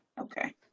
okay